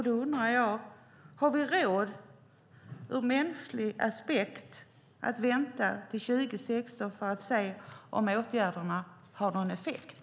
Då undrar jag: Har vi råd, ur mänsklig aspekt, att vänta till 2016 för att se om åtgärderna har någon effekt?